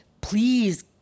Please